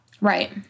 Right